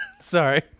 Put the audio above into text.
Sorry